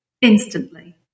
instantly